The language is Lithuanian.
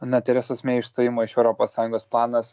na teresos mei išstojimo iš europos sąjungos planas